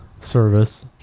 service